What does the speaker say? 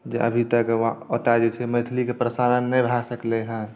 जे अभी तक ओतय जे छै मैथिलीके प्रसारण नहि भए सकलै हेँ